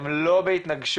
הם לא בהתנגשות.